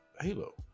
Halo